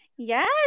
Yes